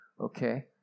okay